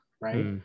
right